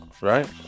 right